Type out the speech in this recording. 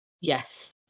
Yes